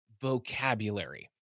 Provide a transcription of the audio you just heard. vocabulary